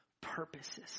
purposes